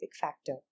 factor